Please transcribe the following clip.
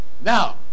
Now